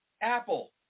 Apple